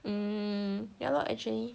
um yeah lah actually